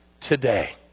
today